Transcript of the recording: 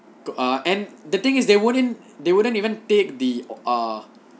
ah and the thing is they wouldn't they wouldn't even take the uh